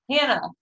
Hannah